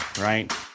right